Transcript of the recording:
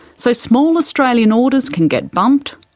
so small australian orders can get bumped,